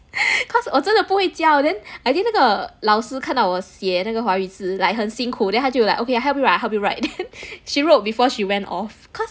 cause 我真的不会教 then I think 那个老师看到我写那个华语字 like 来很辛苦 then 他就 like okay I help you write I help you write then she wrote before she went off cause